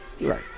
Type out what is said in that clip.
Right